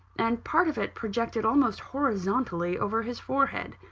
and part of it projected almost horizontally over his forehead.